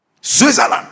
Switzerland